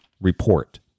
report